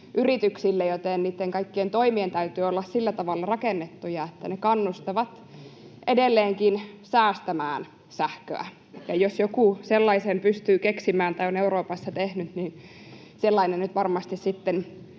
siksi niitten kaikkien toimien täytyy olla sillä tavalla rakennettuja, että ne kannustavat edelleenkin säästämään sähköä. Ja jos joku sellaisen pystyy keksimään tai on Euroopassa tehnyt, niin sellainen nyt varmasti sitten